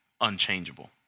unchangeable